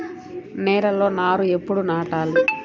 నేలలో నారు ఎప్పుడు నాటాలి?